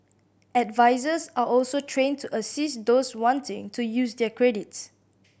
advisers are also trained to assist those wanting to use their credits